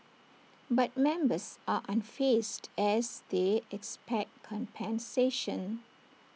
but members are unfazed as they expect compensation